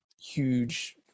huge